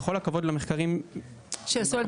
בכל הכבוד למחקרים --- שנעשו על